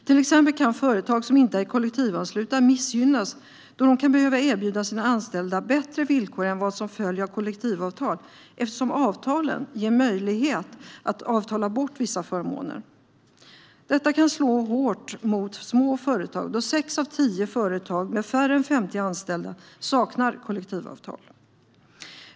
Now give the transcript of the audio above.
Till exempel kan företag som inte är kollektivanslutna missgynnas då de kan behöva erbjuda sina anställda bättre villkor än vad som följer av kollektivavtal, eftersom avtalen ger möjlighet att avtala bort vissa förmåner. Detta kan slå hårt mot små företag, då sex av tio företag med färre än 50 anställda saknar kollektivavtal.